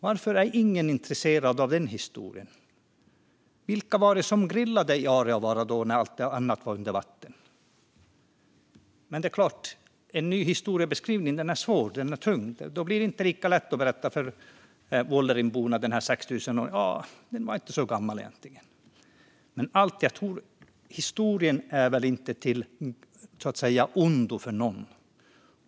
Varför är ingen intresserad av den historien? Vilka var det som grillade i Aareavaara när allt annat låg under vatten? En ny historieskrivning är svår och tung. Det blir inte lika lätt att berätta för Vuollerimborna att fyndigheten som var 6 000 år egentligen inte var så gammal. Men historien är väl inte av ondo för någon?